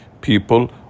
people